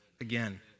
again